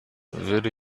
würde